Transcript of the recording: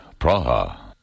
Praha